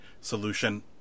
solution